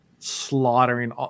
slaughtering